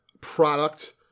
product